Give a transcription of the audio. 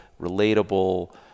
relatable